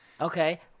okay